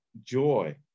joy